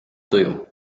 tuju